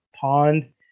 pond